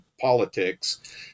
politics